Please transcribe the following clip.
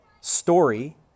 story